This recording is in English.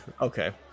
Okay